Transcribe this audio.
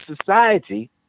society